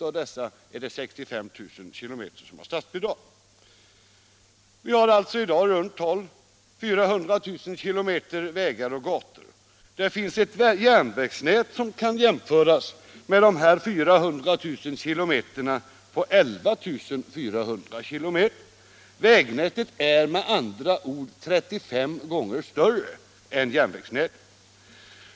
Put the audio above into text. Av dessa har 65 000 km statsbidrag. Vi har alltså i dag 400 000 km vägar och gator. Det finns ett järnvägsnät, som kan jämföras med dessa 400 000 km, på 11400 km. Vägnätet är med andra ord 35 gånger större än järnvägsnätet.